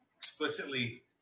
Explicitly